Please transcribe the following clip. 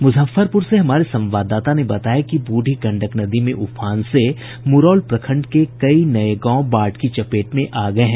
मुजफ्फरपुर से हमारे संवाददाता ने बताया कि बूढ़ी गंडक नदी में उफान से मुरौल प्रखंड के कई नये गांव बाढ़ की चपेट में आ गये हैं